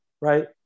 right